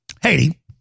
Haiti